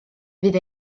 fydd